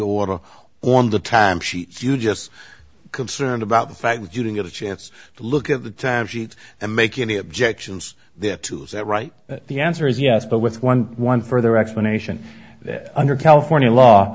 l on the time sheets you just absurd about the fact that you didn't get a chance to look at the time sheets and make any objections to is that right the answer is yes but with one one further explanation under california law